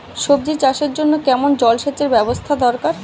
সবজি চাষের জন্য কেমন জলসেচের ব্যাবস্থা দরকার?